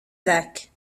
ذاك